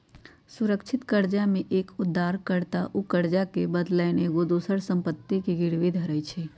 सुरक्षित करजा में एक उद्धार कर्ता उ करजा के बदलैन एगो दोसर संपत्ति के गिरवी धरइ छइ